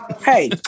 Hey